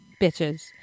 bitches